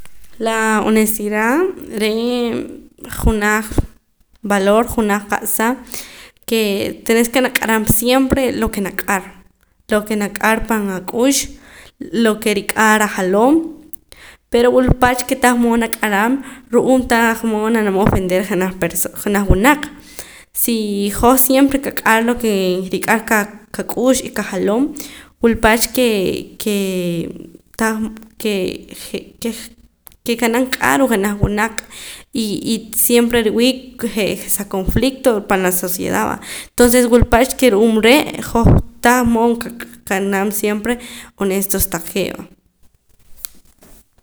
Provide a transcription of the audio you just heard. La honestidad re' junaj valor junaj qa'sa ke tenés ke naq'aram siempre lo ke nak'ar lo ke nak'ar pan ak'ux lo ke rik'ar ajaloom pero wul pach ke tahmood nak'aram ru'uum tahmood nab'anam ofender jenaj persona junaj wunaq si hoj siempre qa'qar lo ke rik'ar qa qak'ux y qajaloom wul pach kee ke tah ke je' ke qab'anam k'aa ruu' jenaj wunaq y y siempre riwii' je' sa conflicto pan la sociedad va tonces wul pach ke ru'uum re' hoj tahmood qaq' qanam siempre honestos taqee' va